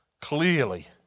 Clearly